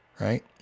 right